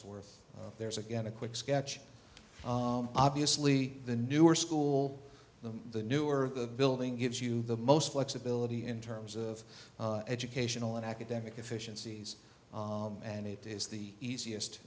's worth there's again a quick sketch obviously the newer school them the newer the building gives you the most flexibility in terms of educational and academic efficiencies and it is the easiest